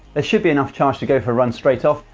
ah should be enough charge to go for a run straight off,